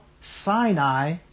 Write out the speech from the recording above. Sinai